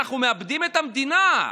אנחנו מאבדים את המדינה.